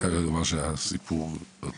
כזה סיפור עוד